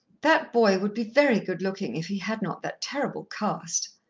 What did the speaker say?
that boy would be very good looking if he had not that terrible cast,